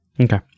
Okay